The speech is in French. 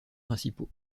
principaux